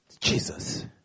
Jesus